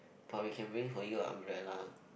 but we can bring for you a umbrella